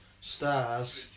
stars